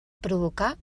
provocar